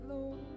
Lord